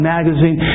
Magazine